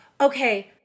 okay